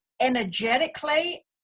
energetically